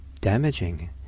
damaging